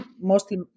mostly